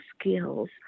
skills